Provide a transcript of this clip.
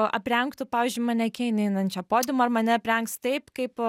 aprengtų pavyzdžiui manekenę einančią podiumu ar mane aprengs taip kaip